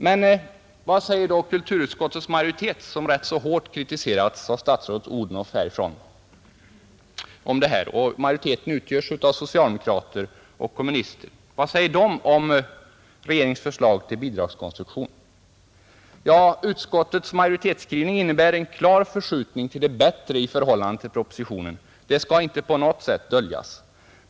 Men vad säger då kulturutskottets majoritet, som så hårt har kritiserats av statsrådet Odhnoff här i dag — majoriteten utgörs av socialdemokrater och kommunister — om regeringens förslag till bidragskonstruktion? Utskottets majoritetsskrivning innebär en klar förskjutning till det bättre i förhållande till propositionen — det skall inte på något sätt döljas.